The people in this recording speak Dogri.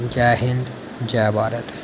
जै हिंद जै भारत